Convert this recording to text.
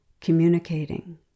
communicating